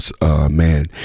Man